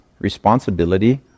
responsibility